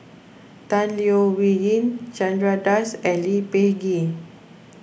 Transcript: Tan Leo Wee Hin Chandra Das and Lee Peh Gee